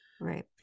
Right